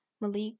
malik